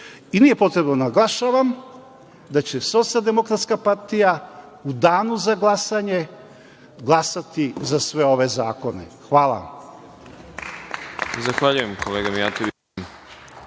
nije potrebno da naglašavam da će Socijaldemokratska partija u danu za glasanje glasati za sve ove zakone. Hvala.